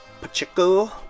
Pacheco